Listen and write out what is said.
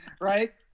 Right